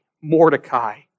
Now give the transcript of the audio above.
Mordecai